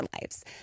lives